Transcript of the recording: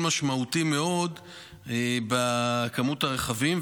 צפוי להיות גידול משמעותי מאוד בכמות הרכבים,